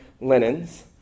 linens